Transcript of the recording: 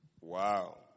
Wow